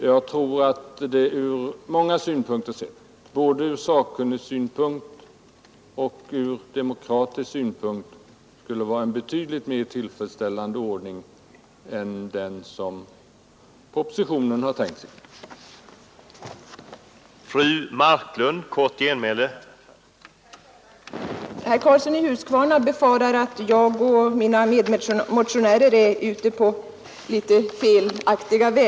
Jag tror att det ur många synpunkter sett, både ur sakkunnigsynpunkt och ur demokratisk synpunkt, skulle vara en betydligt mera tillfredsställande ordning än den som man tänkt sig i propositionen.